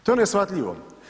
To je neshvatljivo.